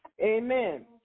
Amen